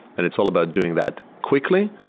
and it's all about doing that quickly.